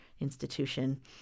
institution